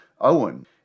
Owen